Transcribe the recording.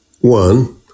One